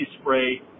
spray